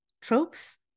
tropes